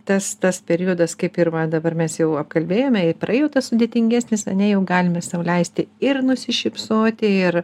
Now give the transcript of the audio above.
tas tas periodas kaip ir va dabar mes jau apkalbėjome jau praėjo jau tas sudėtingesnis ar ne jau galime sau leisti ir nusišypsoti ir